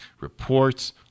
reports